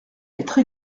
être